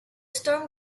storm